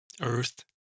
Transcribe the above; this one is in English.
Earth